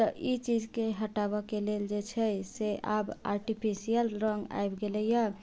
तऽ ई चीजके हटाबऽके लेल जे छै से आब आर्टिफिशियल रङ्ग आबि गेलैया